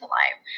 life